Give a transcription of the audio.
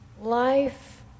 Life